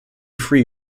free